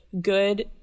good